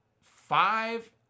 five